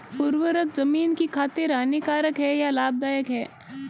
उर्वरक ज़मीन की खातिर हानिकारक है या लाभदायक है?